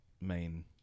main